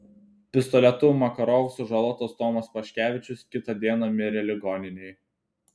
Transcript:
pistoletu makarov sužalotas tomas paškevičius kitą dieną mirė ligoninėje